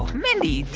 mindy,